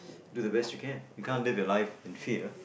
do the best you can you can't live a life in fear